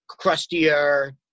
crustier